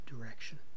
direction